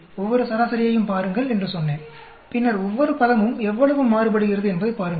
ஒவ்வொரு சராசரியையும் பாருங்கள் என்று சொன்னேன் பின்னர் ஒவ்வொரு பதமும் எவ்வளவு மாறுபடுகிறது என்பதைப் பாருங்கள்